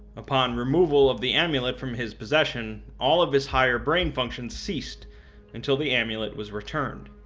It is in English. upon removal of the amulet from his possession, all of his higher brain functions ceased until the amulet was returned.